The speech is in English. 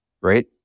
right